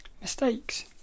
mistakes